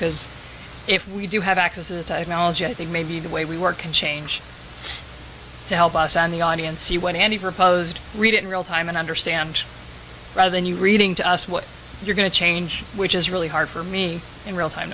because if we do have access to technology i think maybe the way we work can change to help us in the audience see when any proposed read in real time and understand rather than you reading to us what you're going to change which is really hard for me in real time